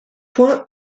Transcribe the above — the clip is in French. point